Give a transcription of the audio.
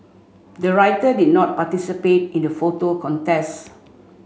the writer did not participate in the photo contest